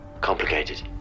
Complicated